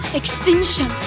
extinction